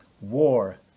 War